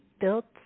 built